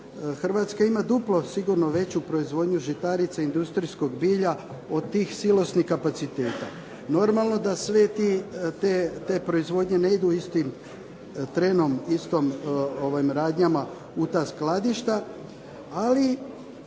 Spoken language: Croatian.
Hrvatska ima duplo sigurno veću proizvodnju žitarica i industrijskog bilja od tih silosnih kapaciteta. Normalno da sve te proizvodnje ne idu istim trenom, istim radnjama u ta skladišta ali